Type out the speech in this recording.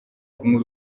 kunywa